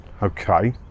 okay